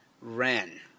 ran